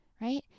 Right